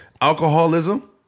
alcoholism